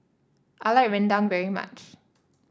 I like Rendang very much